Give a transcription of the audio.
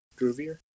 Groovier